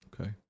Okay